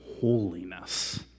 Holiness